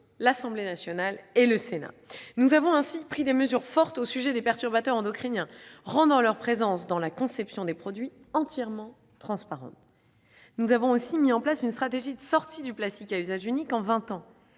l'Assemblée nationale et du Sénat. Ainsi, nous avons pris des mesures fortes au sujet des perturbateurs endocriniens, pour rendre leur présence dans la composition des produits entièrement transparente. Nous avons mis en place une stratégie de sortie du plastique à usage unique en vingt ans,